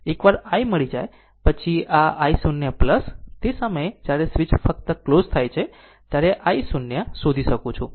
એકવાર i મળી જાય પછી આ i 0 તે સમયે જ્યારે સ્વીચ ફક્ત ક્લોઝ થાય છે ત્યારે i 0 શોધી શકું છું